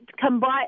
combine